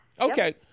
Okay